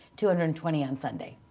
two hundred and twenty on sunday.